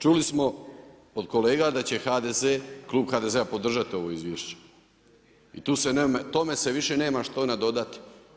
Čuli smo od kolega da će Klub HDZ-a podržati ovo izvješće i tome se više nema što nadodati.